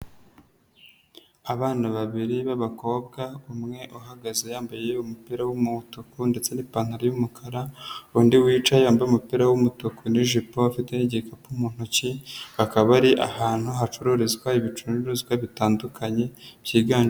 Abana babiri b'abakobwa umwe uhagaze yambaye umupira w'umutuku ndetse n'ipantaro y'umukara, undi wicaye yambaye umupira w'umutuku n'ijipo afite igikapu mu ntoki, akaba ari ahantu hacururizwa ibicuruzwa bitandukanye byiganje,